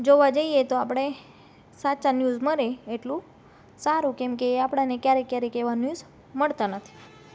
જોવા જઈએ તો આપણે સાચા ન્યૂઝ મળે એટલું સારું કેમકે એ આપણને ક્યારેક ક્યારેક એવા ન્યૂઝ મળતા નથી